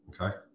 Okay